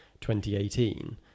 2018